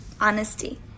honesty